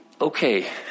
Okay